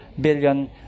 billion